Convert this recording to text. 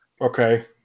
Okay